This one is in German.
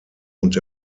und